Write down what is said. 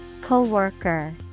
Coworker